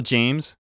James